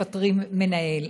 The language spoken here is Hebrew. מפטרים מנהל.